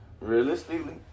Realistically